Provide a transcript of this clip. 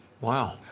Wow